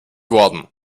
wurden